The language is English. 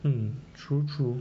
hmm true true